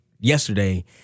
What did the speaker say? yesterday